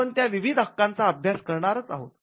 आपण त्या विविध हक्कांचा अभ्यास करणारच आहोत